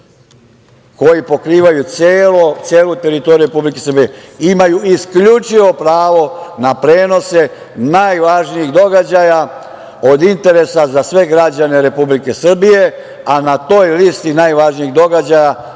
koji pokrivaju celu teritoriju Republike Srbije imaju isključivo pravo na prenose najvažnijih događaja od interesa za sve građane Republike Srbije, a na toj listi najvažnijih događaja